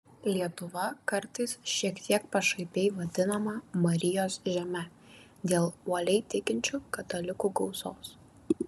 lietuva kartais šiek tiek pašaipiai vadinama marijos žeme dėl uoliai tikinčių katalikų gausos